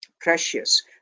precious